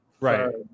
Right